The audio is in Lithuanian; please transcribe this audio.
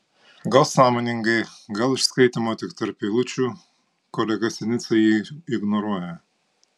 gal sąmoningai gal iš skaitymo tik tarp eilučių kolega sinica jį ignoruoja